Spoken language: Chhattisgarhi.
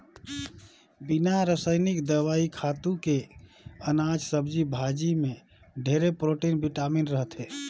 बिना रसइनिक दवई, खातू के अनाज, सब्जी भाजी में ढेरे प्रोटिन, बिटामिन रहथे